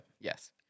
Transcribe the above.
Yes